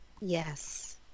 Yes